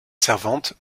servante